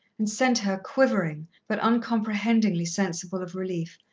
and sent her, quivering, but uncomprehendingly sensible of relief,